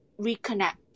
reconnect